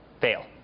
fail